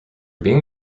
being